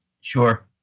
Sure